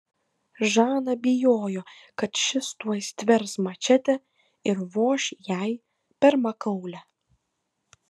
žana bijojo kad šis tuoj stvers mačetę ir voš jai per makaulę